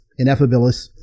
ineffabilis